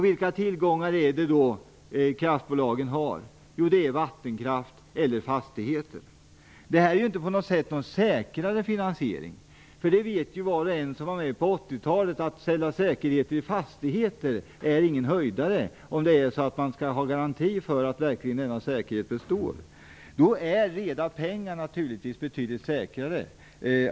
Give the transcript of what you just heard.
Vilka tillgångar är det då kraftbolagen har? Jo, det är vattenkraft eller fastigheter. Detta är ju inte på något sätt en säkrare finansiering. Var och en som var med på 80-talet vet ju att det inte är någon höjdare att ställa säkerheter i fastigheter om man skall ha garanti för att denna säkerhet verkligen består. Då är reda pengar naturligtvis betydligt säkrare.